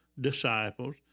disciples